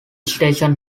station